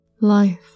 life